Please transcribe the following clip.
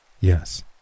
Yes